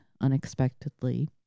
unexpectedly